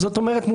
זאת אומרת,